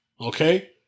okay